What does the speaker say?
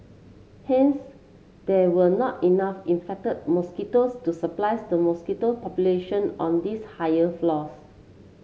hence there were not enough infected mosquitoes to surprised the mosquito population on these higher floors